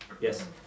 Yes